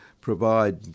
provide